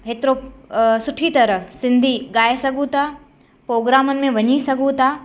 त असां सुठी तरह सिंधी ॻाए सघूं था पोग्रामनि में वञी सघूं था